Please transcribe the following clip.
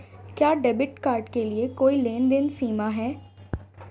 क्या debit card के लिए कोई लेनदेन सीमा है?